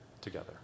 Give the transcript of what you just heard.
together